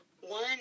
One